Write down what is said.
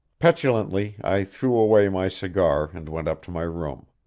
petulantly i threw away my cigar and went up to my room.